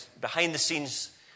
behind-the-scenes